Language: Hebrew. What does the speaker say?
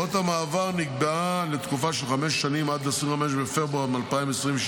הוראת המעבר נקבעה לתקופה של חמש שנים עד 25 בפברואר 2023,